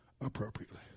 appropriately